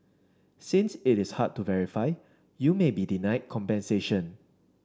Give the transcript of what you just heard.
since it is hard to verify you may be denied compensation